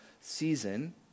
season